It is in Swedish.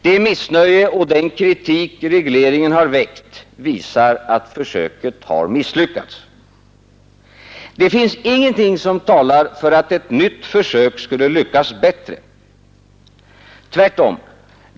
Det missnöje och den kritik regleringen har väckt visar att försöket har misslyckats. Det finns ingenting som talar för att ett nytt försök skulle lyckas bättre. Tvärtom!